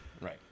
Right